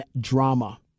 drama